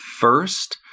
first